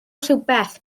rhywbeth